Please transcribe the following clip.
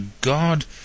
God